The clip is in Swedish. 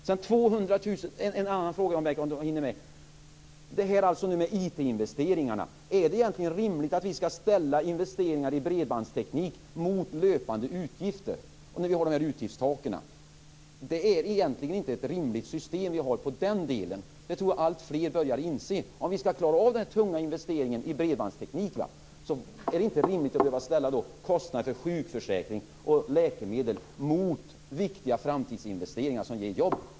Sedan en annan fråga om jag hinner med, IT investeringarna: Är det rimligt att vi skall ställa investeringar i bredbandsteknik mot löpande utgifter när vi har utgiftstaken? Det är egentligen inte ett rimligt system vi har på den punkten. Det tror jag att alltfler börjar inse. Om vi skall klara av den tunga investeringen i bredbandsteknik är det inte rimligt att ställa kostnader för sjukförsäkring och läkemedel mot viktiga framtidsinvesteringar som ger jobb.